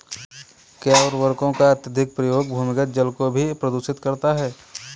क्या उर्वरकों का अत्यधिक प्रयोग भूमिगत जल को भी प्रदूषित करता है?